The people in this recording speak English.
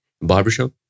barbershop